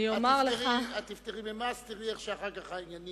אם תפטרי ממס, את תראי איך אחר כך העניינים